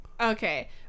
Okay